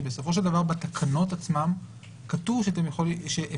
כי בסופו של דבר בתקנות עצמן כתוב שאפשר